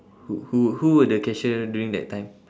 who who who were the cashier during that time